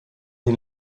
den